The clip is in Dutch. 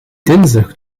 dinsdag